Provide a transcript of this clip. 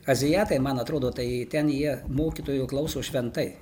azijatai man atrodo tai ten jie mokytojų klauso šventai